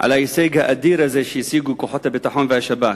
על ההישג האדיר הזה שהשיגו כוחות הביטחון והשב"כ,